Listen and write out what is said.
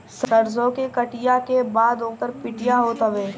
सरसो के कटिया के बाद ओकर पिटिया होत हवे